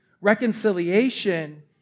Reconciliation